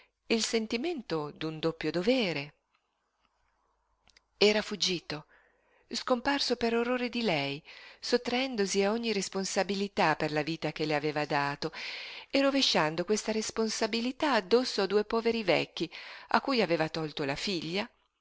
pietà il sentimento d'un doppio dovere era fuggito scomparso per orrore di lei sottraendosi a ogni responsabilità per la vita che le aveva dato e rovesciando questa responsabilità addosso ai due poveri vecchi a cui aveva tolto la figlia